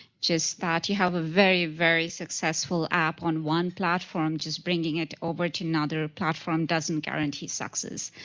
just thought you have a very, very successful app on one platform, just bringing it over to another platform doesn't guarantee success.